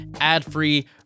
ad-free